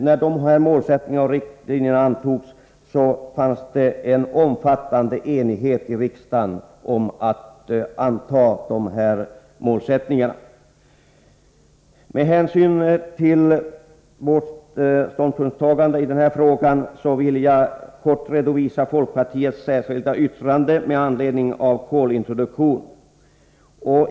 När dessa målsättningar och riktlinjer antogs fanns det en omfattande enighet i riksdagen. Med hänsyn till vårt ståndpunktstagande i den här frågan vill jag kort redovisa folkpartiets särskilda yttrande med anledning av kolintroduktion.